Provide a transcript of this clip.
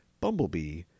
Bumblebee